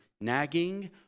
nagging